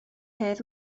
hedd